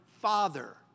father